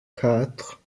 quatre